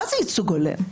מה זה ייצוג הולם?